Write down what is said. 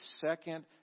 second